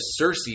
Cersei